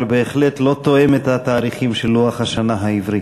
אבל בהחלט לא תואמת את התאריכים של לוח השנה העברי,